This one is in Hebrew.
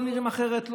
לא נראים אחרת.